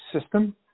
system